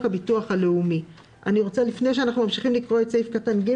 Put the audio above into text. הביטוח הלאומי." לפני שאנחנו ממשיכים לקרוא את תקנת משנה (ג),